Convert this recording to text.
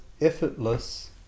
effortless